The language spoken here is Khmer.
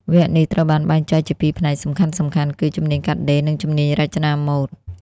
វគ្គនេះត្រូវបានបែងចែកជាពីរផ្នែកសំខាន់ៗគឺ ជំនាញកាត់ដេរ និងជំនាញរចនាម៉ូដ។